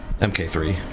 MK3